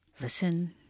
listen